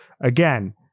again